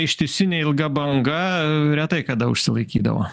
ištisinė ilga banga retai kada užsilaikydavo